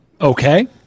Okay